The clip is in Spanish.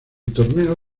torneo